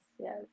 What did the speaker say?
yes